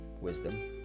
wisdom